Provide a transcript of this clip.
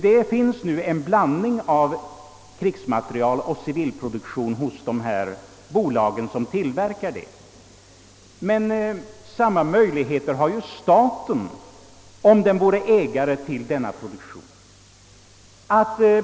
Det är nu en blandning av krigsmaterieloch civilproduktion i de bolag som har sådan produktion, men samma möjligheter har ju staten om den vore ägare till sådan produktion.